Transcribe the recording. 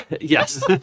Yes